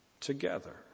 together